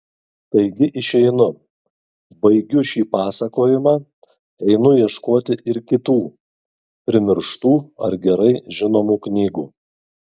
taigi išeinu baigiu šį pasakojimą einu ieškoti ir kitų primirštų ar gerai žinomų knygų